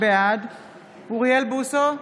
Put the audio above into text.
בעד אוריאל בוסו,